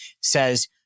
says